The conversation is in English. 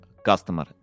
customer